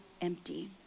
empty